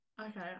Okay